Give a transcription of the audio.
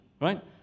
right